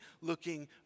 looking